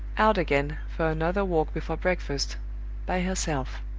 out again, for another walk before breakfast by herself.